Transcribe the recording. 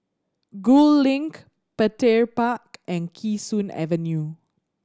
Gul Link Petir Park and Kee Sun Avenue